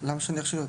למה שאני אכשיל אותו?